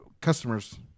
customers